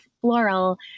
floral